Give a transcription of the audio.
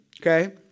okay